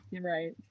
Right